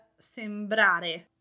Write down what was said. sembrare